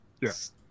Yes